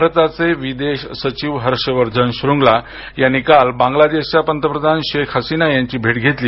भारताचे विदेश सचिव हर्षवर्धन श्रुन्गला यांनी काल बांगलादेशच्या पंतपप्रधान शेख हसीना यांची भेट घेतली